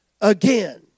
again